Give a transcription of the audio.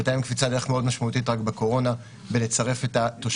והייתה להם קפיצת דרך מאוד משמעותית רק בקורונה בלצרף את התושבים.